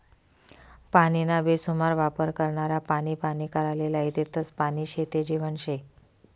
पानीना बेसुमार वापर करनारा पानी पानी कराले लायी देतस, पानी शे ते जीवन शे